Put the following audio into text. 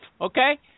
okay